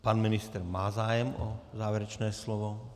Pan ministr má zájem o závěrečné slovo.